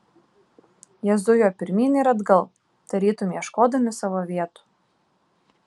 jie zujo pirmyn ir atgal tarytum ieškodami savo vietų